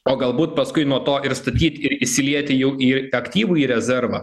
o galbūt paskui nuo to ir statyt ir įsilieti jau į aktyvųjį rezervą